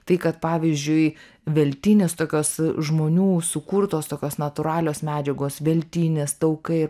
tai kad pavyzdžiui veltinis tokios žmonių sukurtos tokios natūralios medžiagos veltinės taukai